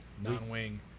non-wing